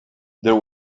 there